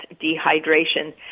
dehydration